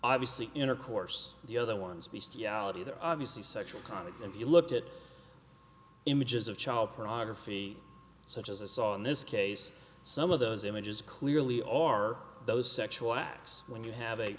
obviously intercourse the other ones based yalit either obviously sexual conduct if you looked at images of child pornography such as a saw in this case some of those images clearly are those sexual acts when you have a